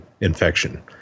infection